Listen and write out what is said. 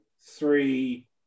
three